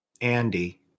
Andy